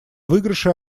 выигрыше